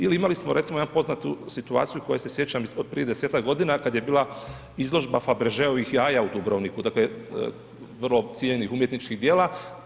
Ili imali smo recimo jednu poznatu situaciju koje se sjećam od prije 10-ak godina kada je bila izložba Fabergeovih jaja u Dubrovniku, dakle vrlo cijenjenih umjetničkih djela.